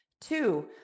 Two